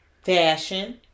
fashion